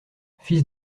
fils